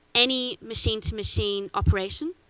any machine-to-machine operation,